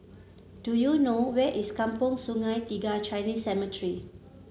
do you know where is Kampong Sungai Tiga Chinese Cemetery